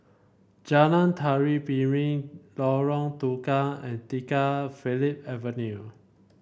Jalan Tari Piring Lorong Tukang and Tiga Phillip Avenue